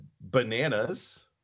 Bananas